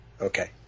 Okay